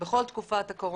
בכל תקופת הקורונה,